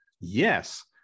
yes